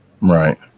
Right